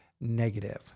negative